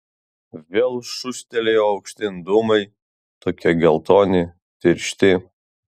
vėl šūstelėjo aukštyn dūmai tokie geltoni tiršti